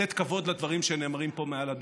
לתת כבוד לדברים שנאמרים פה מעל הדוכן?